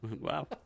Wow